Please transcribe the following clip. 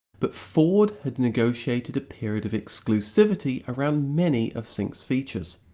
but ford had negotiated a period of exclusivity around many of sync's features.